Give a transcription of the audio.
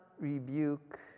rebuke